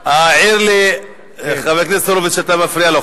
העיר לי חבר הכנסת הורוביץ שאתה מפריע לו,